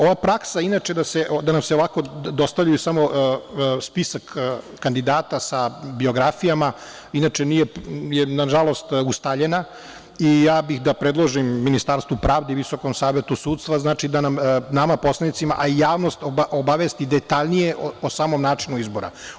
Ova praksa inače da nam se ovako dostavlja samo spisak kandidata sa biografijama inače je nažalost ustaljena i ja bih da predložim Ministarstvu pravde i VSS da nama poslanicima i javnost da obavesti detaljnije o samom načinu izbora.